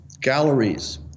galleries